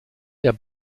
der